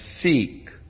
seek